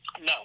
No